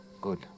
Good